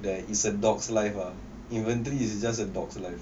like is a dog's life ah inventory is just a dog's life